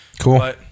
Cool